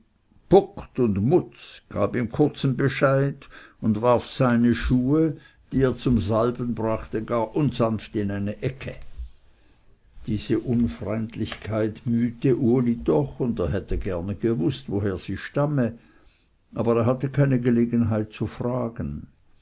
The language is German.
und mutz gab ihm kurzen bescheid und warf seine schuhe die er zum salben brachte gar unsanft in eine ecke diese unfreundlichkeit mühte uli doch und er hätte gerne gewußt woher sie stamme aber er hatte keine gelegenheit zu fragen